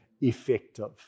effective